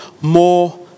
more